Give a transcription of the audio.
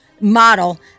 model